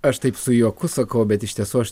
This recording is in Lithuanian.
aš taip su juoku sakau bet iš tiesų aš